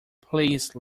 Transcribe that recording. please